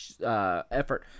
effort